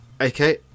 Okay